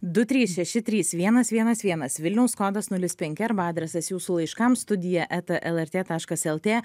du trys šeši trys vienas vienas vienas vilniaus kodas nulis penki arba adresas jūsų laiškams studija eta lrt taškas lt